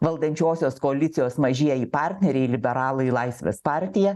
valdančiosios koalicijos mažieji partneriai liberalai laisvės partija